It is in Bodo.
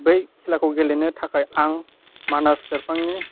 बै खेलाखौ गेलेनो थाखाय आं मानास सेरफांनि